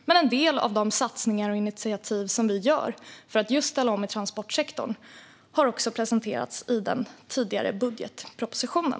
Men en del av de satsningar och initiativ som vi gör och tar för att just ställa om transportsektorn har också presenterats tidigare, i budgetpropositionen.